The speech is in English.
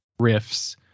riffs